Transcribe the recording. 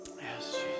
Yes